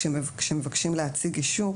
כשמבקשים להציג אישור,